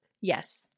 Yes